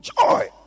Joy